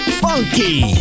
funky